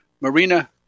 Marina